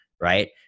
right